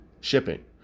shipping